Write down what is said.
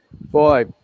Boy